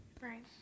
right